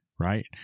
Right